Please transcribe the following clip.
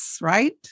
right